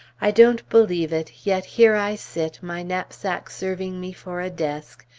i don't believe it, yet here i sit, my knapsack serving me for a desk,